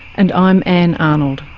and i'm ann arnold.